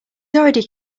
already